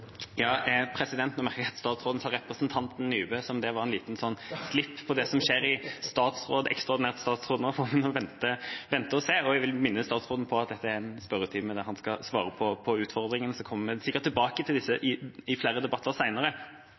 Nå hørte jeg statsråden si «representanten Nybø». Om det var et lite slipp av hva som skjer i ekstraordinært statsråd nå, får vi vente og se. Jeg vil minne statsråden om at dette er en spørretime, der han skal svare på utfordringene. Vi kommer sikkert tilbake til dette i flere debatter